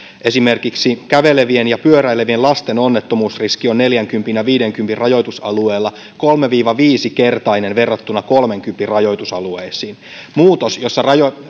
esimerkiksi kävelevien ja pyöräilevien lasten onnettomuusriski on neljänkympin ja viidenkympin rajoitusalueella kolme viiva viisi kertainen verrattuna kolmenkympin rajoitusalueisiin muutos jossa